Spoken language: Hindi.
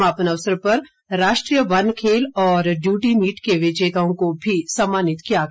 समापन अवसर पर राष्ट्रीय वन खेल और डयूटी मीट के विजेताओं को भी सम्मानित किया गया